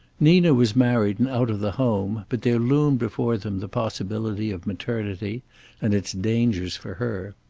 nina was married and out of the home, but there loomed before them the possibility of maternity and its dangers for her.